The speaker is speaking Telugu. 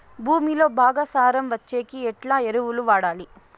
భూమిలో బాగా సారం వచ్చేకి ఎట్లా ఎరువులు వాడాలి?